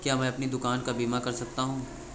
क्या मैं अपनी दुकान का बीमा कर सकता हूँ?